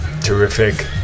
terrific